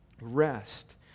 rest